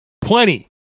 Plenty